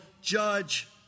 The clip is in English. judge